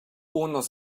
unos